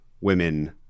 women